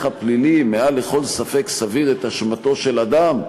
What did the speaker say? הפלילי מעל לכל ספק סביר את אשמתו של אדם,